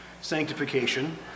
sanctification